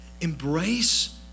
embrace